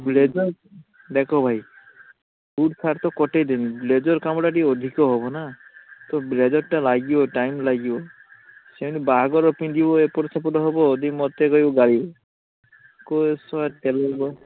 blazer ଦେଖ ଭାଇ suit shirt ତ କଟାଇଦେବି ବ୍ଲେଜର୍ କାମଟା ଟିକେ ଅଧିକ ହେବନା ତ ବ୍ଲେଜର୍ଟା ଲାଗିବ ଟାଇମ୍ ଲାଗିବ ସେମିତି ବାହାଘରରେ ପିନ୍ଧିବ ଏପଟ ସେପଟ ହେବ ଯଦି ମୋତେ କହିବ ଗାଳି କହିବ ଶଳା ଟେଲର୍